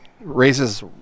raises